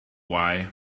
why